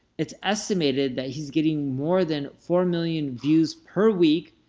it's estimated that he's getting more than four million views per week,